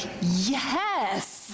yes